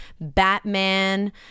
Batman